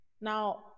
now